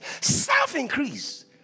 self-increase